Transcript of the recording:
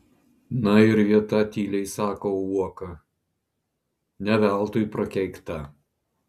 na ir vieta tyliai sako uoka ne veltui prakeikta